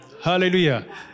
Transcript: hallelujah